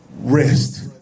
rest